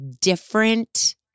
different